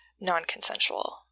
non-consensual